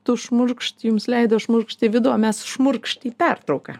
tu šmurkšt jums leido šmurkšt į vidų o mes šmurkšt į pertrauką